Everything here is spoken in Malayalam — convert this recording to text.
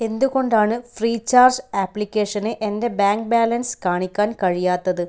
എന്തുകൊണ്ടാണ് ഫ്രീചാർജ് ആപ്ലിക്കേഷന് എൻ്റെ ബാങ്ക് ബാലൻസ് കാണിക്കാൻ കഴിയാത്തത്